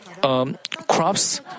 crops